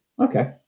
Okay